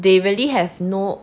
they really have no